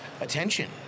attention